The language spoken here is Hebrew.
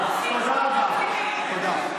בבקשה,